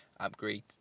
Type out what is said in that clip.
upgrade